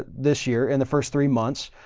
this year. and the first three months,